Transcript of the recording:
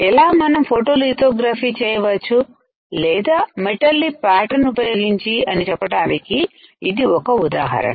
ఎలా మనం ఫొటోలితోగ్రఫీ చేయవచ్చు లేదా మెటల్ ని ప్యాటర్న్ ఉపయోగించి అని చెప్పటానికి ఇది ఒక ఉదాహరణ